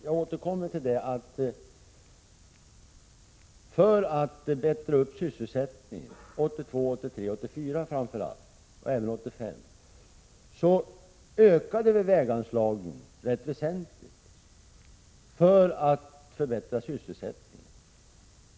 Jag återkommer till att vi ökade väganslagen rätt väsentligt åren 1982-1984 och även under 1985 för att förbättra sysselsättningen.